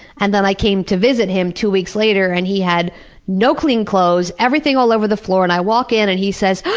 and then i came to visit him two weeks later and he had no clean clothes, everything all over the floor, and i walk in and he says, ooh,